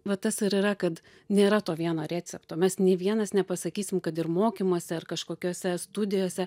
va tas ir yra kad nėra to vieno recepto mes nei vienas nepasakysim kad ir mokymuose ar kažkokiose studijose